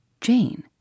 Jane